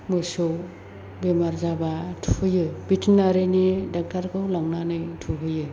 मोसौ बेमार जाब्ला थुहोयो भेटेनारिनि ड'क्टरखौ लांनानै थुहैयो